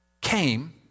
came